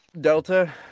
Delta